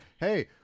Hey